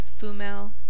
Fumel